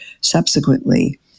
subsequently